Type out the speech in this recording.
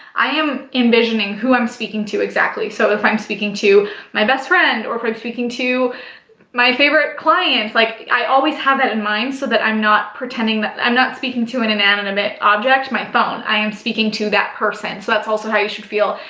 i am envisioning who i'm speaking to exactly. so if i'm speaking to my best friend or if i'm speaking to my favorite clients, like i always have that in mind so that i'm not pretending that i'm not speaking to an inanimate object, my phone, i am speaking to that person. so that's also how you should feel,